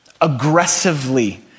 aggressively